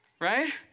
Right